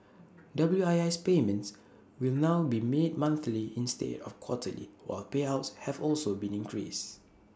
W I S payments will now be made monthly instead of quarterly while payouts have also been increased